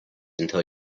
until